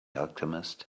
alchemist